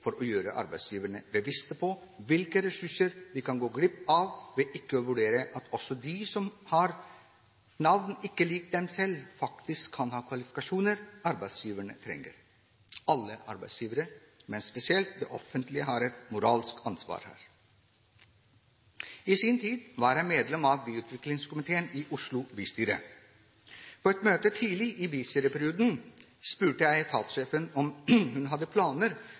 for å gjøre arbeidsgiverne bevisste på hvilke ressurser vi kan gå glipp av ved ikke å vurdere at også de som har navn ikke lik dem selv, faktisk kan ha kvalifikasjoner arbeidsgiverne trenger. Alle arbeidsgivere, men spesielt det offentlige, har et moralsk ansvar her. I sin tid var jeg medlem av byutviklingskomiteen i Oslo bystyre. På et møte, tidlig i bystyreperioden, spurte jeg etatssjefen om hun hadde planer